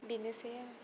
बेनोसै